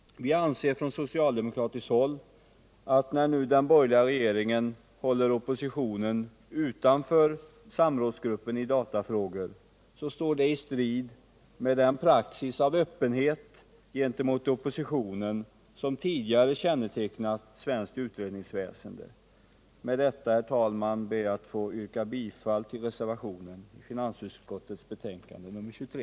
Från socialdemokratiskt håll anser vi att den borgerliga regeringen håller oppositionen utanför samrådsgruppen i datafrågor, vilket står i strid med den praxis av öppenhet gentemot oppositionen som tidigare kännetecknat svenskt utredningsväsende. Med detta, herr talman, ber jag att få yrka bifall till reservationen i finansutskottets betänkande nr 23.